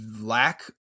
lack